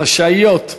חשאיות.